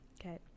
Okay